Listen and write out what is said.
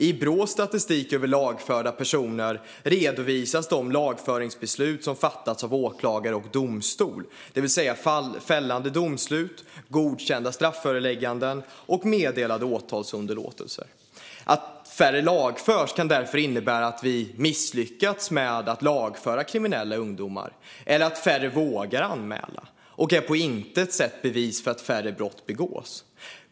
I Brås statistik över lagförda personer redovisas de lagföringsbeslut som fattats av åklagare och domstol, det vill säga fällande domslut, godkända strafförelägganden och meddelade åtalsunderlåtelser. Att färre lagförs kan därför innebära att vi misslyckats med att lagföra kriminella ungdomar eller att färre vågar anmäla. Det är på intet sätt ett bevis för att färre brott begås.